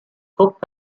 cook